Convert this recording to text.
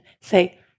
say